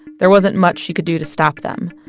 there wasn't much she could do to stop them.